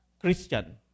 Christian